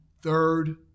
Third